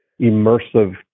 immersive